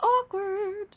Awkward